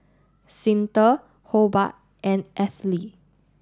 Cyntha Hobart and Ethyle